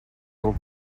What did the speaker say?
del